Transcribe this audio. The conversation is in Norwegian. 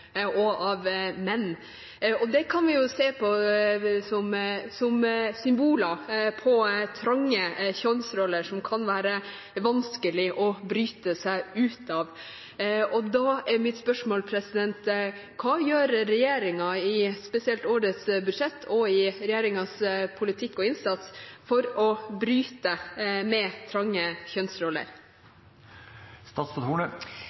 og menn. Det kan vi se på som symboler på trange kjønnsroller, som det kan være vanskelig å bryte seg ut av. Da er mitt spørsmål: Hva gjør regjeringen, spesielt i årets budsjett og i regjeringens politikk og innsats, for å bryte med trange